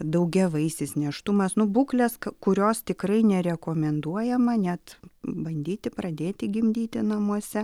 daugiavaisis nėštumas nu būklės kurios tikrai nerekomenduojama net bandyti pradėti gimdyti namuose